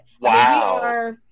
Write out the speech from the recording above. Wow